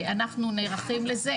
אנחנו נערכים לזה,